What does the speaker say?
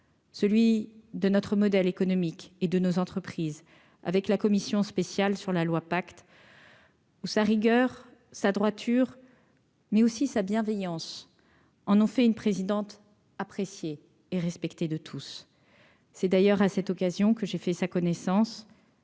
celui de notre modèle économique et de nos entreprises avec la Commission spéciale sur la loi pacte. Ou sa rigueur, sa droiture, mais aussi sa bienveillance en ont fait une présidente apprécié et respecté de tous, c'est d'ailleurs à cette occasion que j'ai fait sa connaissance